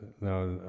now